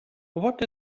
what